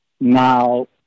Now